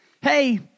Hey